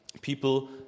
People